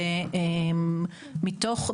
מתוך,